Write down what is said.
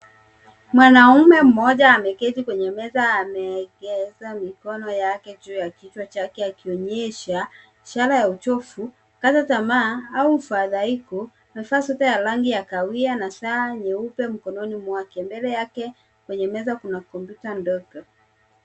Mwanaume mmoja ameketi kwenye meza, ameegeza mikono yake juu ya kichwa chake, akionyesha ishara ya uchovu, kukata tamaa au ufadhaiko. Amevaa sweta ya rangi ya kahawia na saa nyeupe mkononi mwake. Mbele yake kwenye meza kuna kompyuta ndogo.